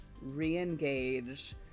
re-engage